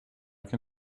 can